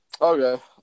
Okay